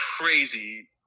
crazy